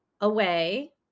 away